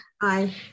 Aye